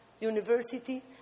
University